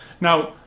Now